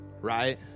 right